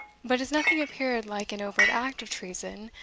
but as nothing appeared like an overt act of treason,